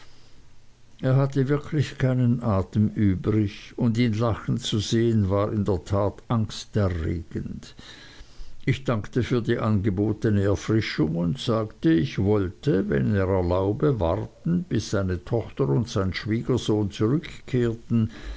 er hatte wirklich keinen atem übrig und ihn lachen zu sehen war in der tat angsterregend ich dankte für die angebotene erfrischung und sagte ich wollte wenn er erlaube warten bis seine tochter und sein schwiegersohn zurückkehrten